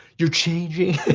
you're changing.